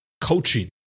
coaching